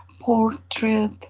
portrait